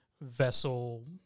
vessel